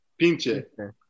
Pinche